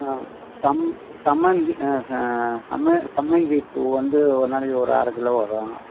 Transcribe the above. ஆ சம் சம்மந்தி ஆ ச சம்ம சம்மங்கி பூ வந்து ஒரு நாளைக்கு ஒரு அரை கிலோ வரும்